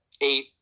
eight